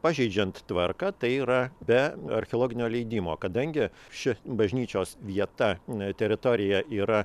pažeidžiant tvarką tai yra be archeologinio leidimo kadangi ši bažnyčios vieta teritorija yra